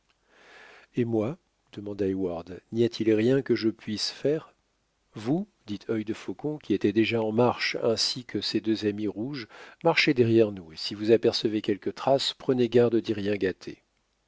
et moi demanda heyward n'y a-t-il rien que je puisse faire vous dit œil de faucon qui était déjà en marche ainsi que ses deux amis rouges marchez derrière nous et si vous apercevez quelques traces prenez garde d'y rien gâter